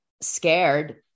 scared